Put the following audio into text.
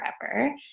forever